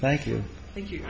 thank you thank you